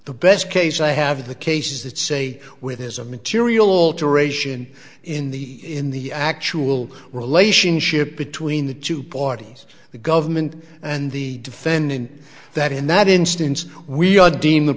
the best case i have the cases that say with is a material alteration in the in the actual relationship between the two parties the government and the defendant that in that instance we are deemed